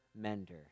mender